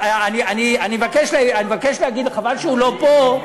אני מבקש להגיד, חבל שהוא לא פה,